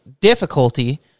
difficulty